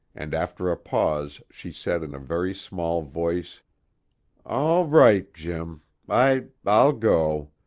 and after a pause she said in a very small voice all right, jim. i i'll go.